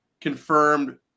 confirmed